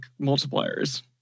multipliers